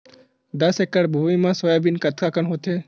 दस एकड़ भुमि म सोयाबीन कतका कन होथे?